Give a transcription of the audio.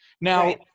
Now